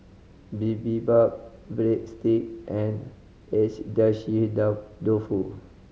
Bibimbap Breadsticks and Agedashi Dofu